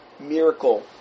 miracle